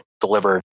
deliver